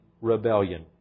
rebellion